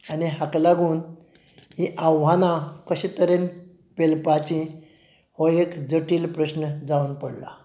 आनी हाका लागून हीं आव्हानां कशे तरेन पेलपाची हो एक जटील प्रश्न जावन पडला